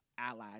allies